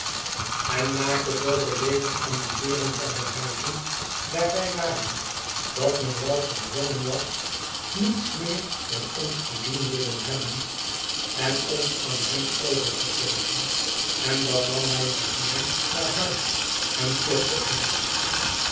verwacetingen maakte zooveel leven aan de deuren van de huizen daar wij waren dat men wel gedwongeri was niets meer met ons te doen te willen hebben en ons aan hem over te geven en dan nam hij ons mee naar huis en klopte ons